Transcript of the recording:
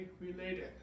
related